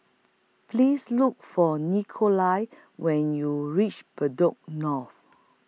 Please Look For Nikolai when YOU REACH Bedok North